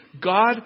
God